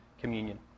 communion